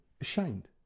ashamed